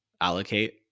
allocate